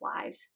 lives